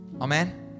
Amen